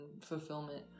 fulfillment